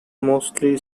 mostly